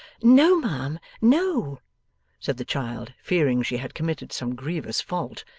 no, ma'am, no said the child, fearing she had committed some grievous fault.